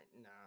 nah